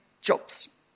jobs